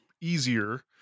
easier